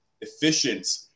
efficient